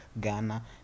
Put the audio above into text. Ghana